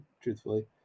truthfully